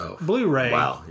Blu-ray